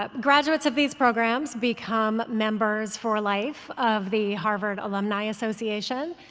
ah graduates of these programs become members for life of the harvard alumni association,